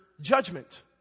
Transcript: judgment